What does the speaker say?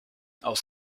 aus